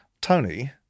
Tony